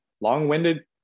Long-winded